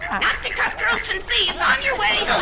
not to cutthroats and thieves. on your way!